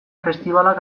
festibalak